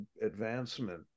advancement